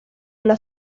una